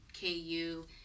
KU